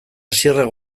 asierrek